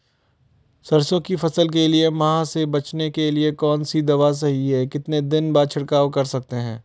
सरसों की फसल के लिए माह से बचने के लिए कौन सी दवा सही है कितने दिन बाद छिड़काव कर सकते हैं?